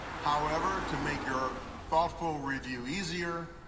however, to make your thoughtful review easier,